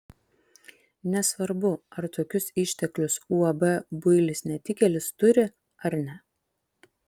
nesvarbu ar tokius išteklius uab builis netikėlis turi ar ne